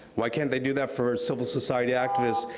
why can't they do that for civil society activists,